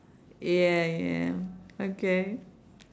yeah yeah okay